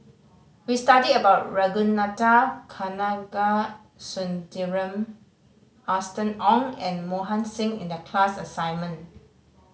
we studied about Ragunathar Kanagasuntheram Austen Ong and Mohan Singh in the class assignment